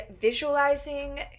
visualizing